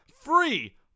free